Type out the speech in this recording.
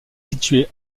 situé